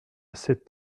sept